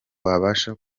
wabasha